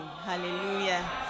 Hallelujah